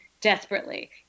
desperately